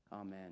Amen